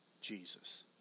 Jesus